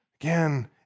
Again